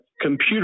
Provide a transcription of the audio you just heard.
computer